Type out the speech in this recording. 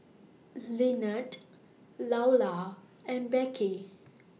Lynnette Loula and Beckie